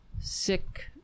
sick